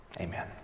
Amen